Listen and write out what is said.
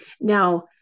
Now